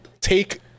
take